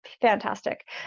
fantastic